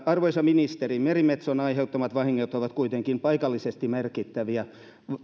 arvoisa ministeri merimetson aiheuttamat vahingot ovat kuitenkin paikallisesti merkittäviä